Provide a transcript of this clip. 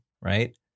right